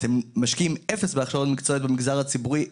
אתם משקיעים אפס בהכשרות מקצועיות במגזר הציבורי,